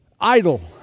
idle